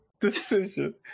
decision